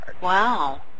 wow